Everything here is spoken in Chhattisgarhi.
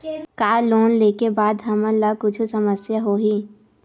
का लोन ले के बाद हमन ला कुछु समस्या होही?